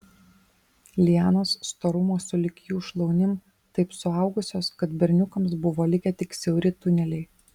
lianos storumo sulig jų šlaunim taip suaugusios kad berniukams buvo likę tik siauri tuneliai